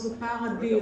הוא פער אדיר.